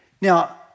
Now